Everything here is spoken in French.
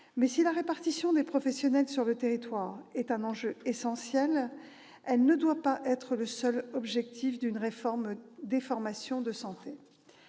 que la répartition des professionnels sur le territoire, si elle est un enjeu essentiel, ne doit pas être le seul objectif d'une réforme des formations de santé.